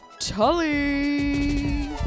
Tully